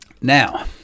Now